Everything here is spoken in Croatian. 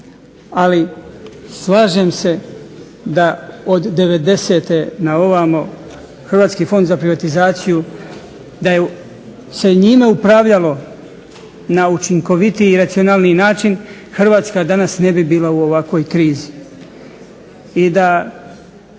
Ali, slažem se da od '90-te na ovamo Hrvatski fond za privatizaciju da se njime upravljalo na učinkovitiji i racionalniji način Hrvatska danas ne bi bila u ovakvoj krizi.